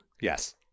Yes